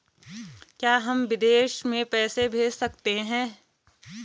क्या हम विदेश में पैसे भेज सकते हैं?